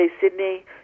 Sydney